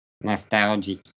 nostalgic